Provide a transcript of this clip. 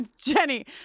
Jenny